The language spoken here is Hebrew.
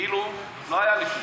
כאילו לא היה לפני.